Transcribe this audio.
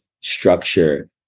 structure